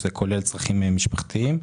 שזה כולל צרכים משפחתיים.